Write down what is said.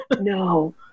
no